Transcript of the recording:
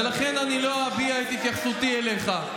ולכן אני לא אביע את התייחסותי אליך.